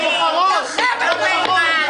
הם לא באים אליכן.